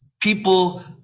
people